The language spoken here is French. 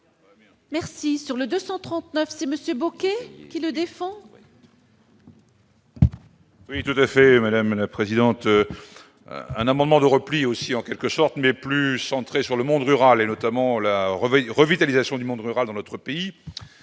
Merci sur le 239 c'est Monsieur Bocquet qui le défend. Oui, tout à fait, madame la présidente, un amendement de repli aussi en quelque sorte, mais plus centré sur le monde rural et notamment la revoyure dation du monde rural dans notre pays,